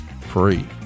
free